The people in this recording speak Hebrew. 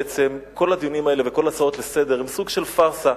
בעצם כל הדיונים האלה וכל ההצעות לסדר-היום הם סוג של פארסה.